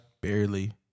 Barely